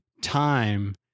time